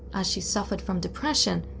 as she suffered from depression,